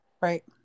Right